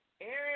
Aaron